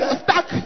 stuck